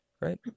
Right